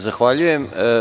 Zahvaljujem.